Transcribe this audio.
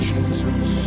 Jesus